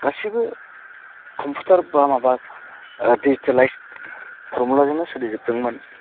गासिबो कम्पुटार बा माबा डिजिटेलाइट फर्मलाजोंनो सोलिजोबदोंमोन